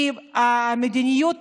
כי המדיניות